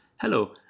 hello